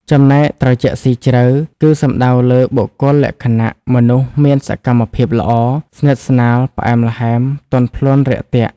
ចំណែកត្រជាក់ស៊ីជ្រៅគឺសំដៅលើបុគ្គលលក្ខណៈមនុស្សមានសកម្មភាពល្អ ស្និទ្ធិស្នាលផ្អែមល្អែមទន់ភ្លន់រាក់ទាក់។